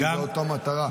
כי זו אותה מטרה.